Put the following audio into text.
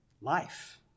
life